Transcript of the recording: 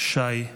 שי,